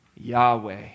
Yahweh